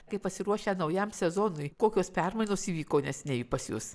kaip pasiruošę naujam sezonui kokios permainos įvyko neseniai pas jus